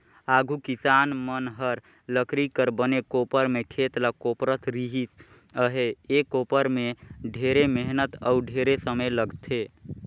आघु किसान मन हर लकरी कर बने कोपर में खेत ल कोपरत रिहिस अहे, ए कोपर में ढेरे मेहनत अउ ढेरे समे लगथे